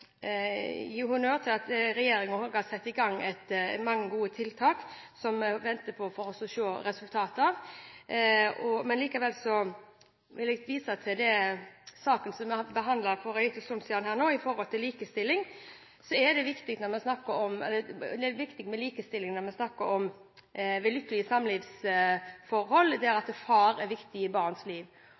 gi honnør til regjeringen for å ha satt i gang mange gode tiltak, som vi venter på å få se resultatet av. Likevel vil jeg vise til den saken som vi behandlet for en liten stund siden her nå knyttet til likestilling. Det er viktig med likestilling når vi snakker om lykkelige samlivsforhold, idet far er viktig i barns liv.